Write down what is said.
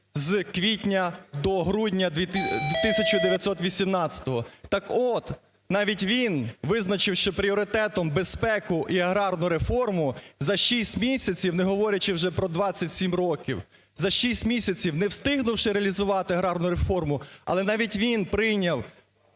з квітня до грудня 1918. Так от, навіть він визначив, що пріоритетом безпеку і аграрну реформу за 6 місяців, не говорячи вже про 27 років, за 6 місяців, не встигнувши реалізувати аграрну реформу, але навіть він прийняв